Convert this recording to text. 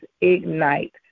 Ignite